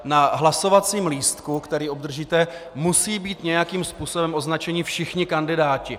Na hlasovacím lístku, který obdržíte, musí být nějakým způsobem označeni všichni kandidáti.